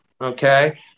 okay